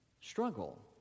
struggle